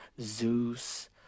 Zeus